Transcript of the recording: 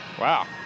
Wow